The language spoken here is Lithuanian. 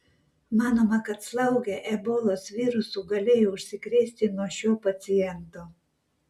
manoma kad slaugė ebolos virusu galėjo užsikrėsti nuo šio paciento